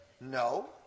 No